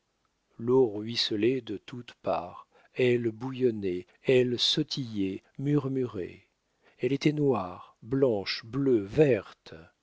l'eau ruisselait de toutes parts elle bouillonnait elle sautillait murmurait elle était noire blanche bleue verte